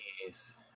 Yes